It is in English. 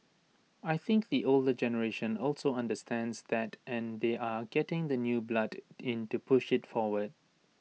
I think the older generation also understands that and they are getting the new blood in to push IT forward